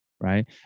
right